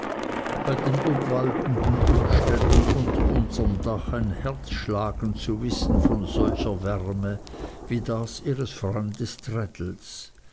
bei den obwaltenden umständen unter unserm dach ein herz schlagen zu wissen von solcher wärme wie das ihres freundes